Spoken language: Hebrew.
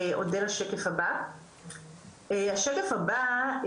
השקף הבא,